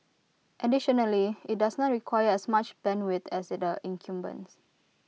additionally IT does not require as much bandwidth as they the incumbents